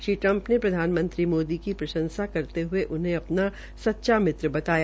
Shri Trump ने प्रधानमंत्री मोदी की प्रंशसा करते हये उन्हें अपना सच्चा मित्र बताया